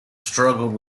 struggled